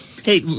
Hey